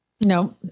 no